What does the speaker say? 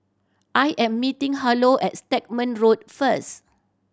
I am meeting Harlow at Stagmont Road first